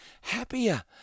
happier